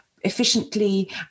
efficiently